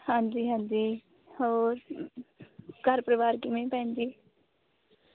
ਹਾਂਜੀ ਹਾਂਜੀ ਹੋਰ ਘਰ ਪਰਿਵਾਰ ਕਿਵੇਂ ਭੈਣ ਜੀ